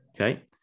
Okay